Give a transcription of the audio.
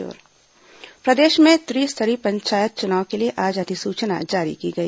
त्रिस्तरीय पंचायत चुनाव प्रदेश में त्रिस्तरीय पंचायत चुनाव के लिए आज अधिसूचना जारी की गई